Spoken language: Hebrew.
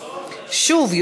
שוב,